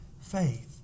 Faith